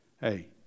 hey